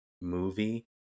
movie